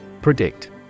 Predict